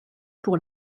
pour